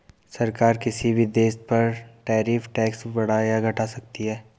सरकार किसी भी देश पर टैरिफ टैक्स बढ़ा या घटा सकती है